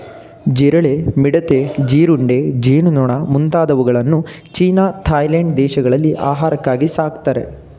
ಜಿರಳೆ, ಮಿಡತೆ, ಜೀರುಂಡೆ, ಜೇನುನೊಣ ಮುಂತಾದವುಗಳನ್ನು ಚೀನಾ ಥಾಯ್ಲೆಂಡ್ ದೇಶಗಳಲ್ಲಿ ಆಹಾರಕ್ಕಾಗಿ ಸಾಕ್ತರೆ